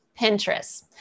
Pinterest